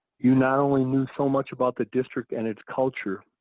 you not only knew so much about the district and its culture,